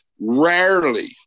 rarely